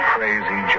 Crazy